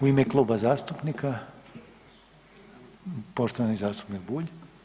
U ime kluba zastupnika poštovani zastupnik Bulj.